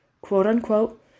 quote-unquote